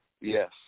Yes